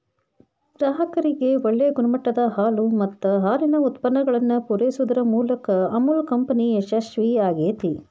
ಗ್ರಾಹಕರಿಗೆ ಒಳ್ಳೆ ಗುಣಮಟ್ಟದ ಹಾಲು ಮತ್ತ ಹಾಲಿನ ಉತ್ಪನ್ನಗಳನ್ನ ಪೂರೈಸುದರ ಮೂಲಕ ಅಮುಲ್ ಕಂಪನಿ ಯಶಸ್ವೇ ಆಗೇತಿ